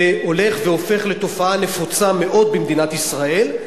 והולך הופך לתופעה נפוצה מאוד במדינת ישראל.